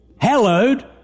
Hallowed